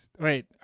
Wait